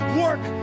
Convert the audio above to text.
work